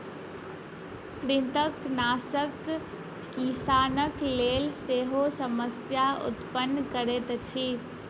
कृंतकनाशक किसानक लेल सेहो समस्या उत्पन्न करैत अछि